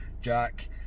Jack